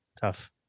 tough